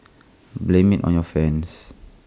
blame IT on your friends